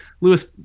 Lewis